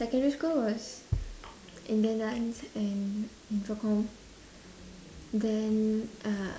secondary school was indian dance and infocomm then uh